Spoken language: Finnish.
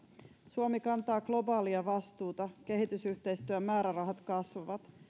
suomi kantaa globaalia vastuuta kehitysyhteistyön määrärahat kasvavat